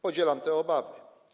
Podzielam te obawy.